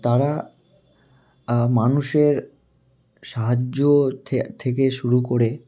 তারা মানুষের সাহায্য থেকে শুরু করে